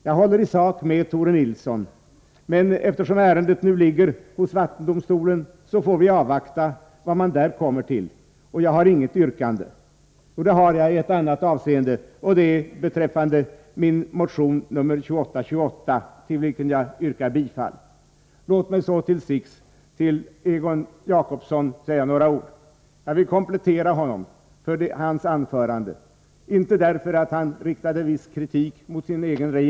Jag håller i sak med Tore Nilsson, men eftersom ärendet nu ligger hos vattendomstolen får vi avvakta vad man där kommer till, och jag har intet yrkande. Ett yrkande har jag däremot i annat avseende. Det gäller min motion 2828, till vilken jag yrkar bifall. Låt mig till sist säga några ord till Egon Jacobsson. Jag vill komplimentera honom för hans anförande, inte därför att han riktade viss kritik mot sin egen regering.